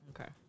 Okay